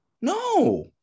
no